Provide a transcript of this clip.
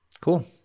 Cool